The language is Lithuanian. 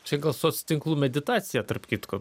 čia gal soc tinklų meditacija tarp kitko